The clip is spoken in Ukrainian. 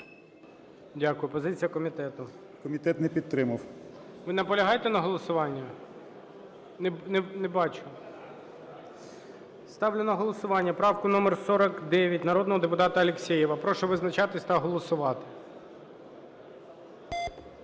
Дякую. Позиція комітету. 13:38:40 БОЖИК В.І. Комітет не підтримав. ГОЛОВУЮЧИЙ. Ви наполягаєте на голосування? Не бачу. Ставлю на голосування правку номер 49 народного депутата Алєксєєва. Прошу визначатись та голосувати.